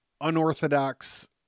unorthodox